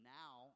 now